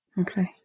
Okay